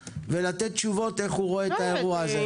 ולתת תשובות איך הוא רואה את האירוע הזה.